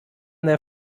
their